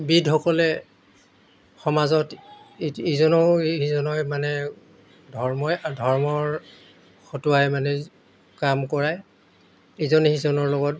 বিদসকলে সমাজত ই ইজনক সিজনে মানে ধৰ্মই ধৰ্মৰ হতোৱাই মানে কাম কৰাই ইজনে সিজনৰ লগত